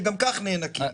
שגם כך נאנקות.